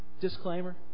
disclaimer